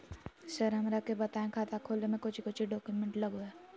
Sir हमरा के बताएं खाता खोले में कोच्चि कोच्चि डॉक्यूमेंट लगो है?